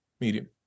medium